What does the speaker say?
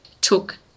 took